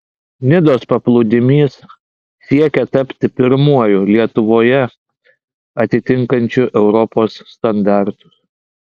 nidos paplūdimys siekia tapti pirmuoju lietuvoje atitinkančiu europos standartus